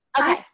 Okay